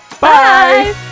Bye